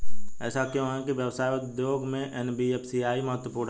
ऐसा क्यों है कि व्यवसाय उद्योग में एन.बी.एफ.आई महत्वपूर्ण है?